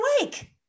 awake